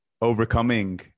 overcoming